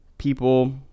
people